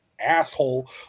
asshole